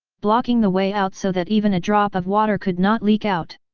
blocking the way out so that even a drop of water could not leak out.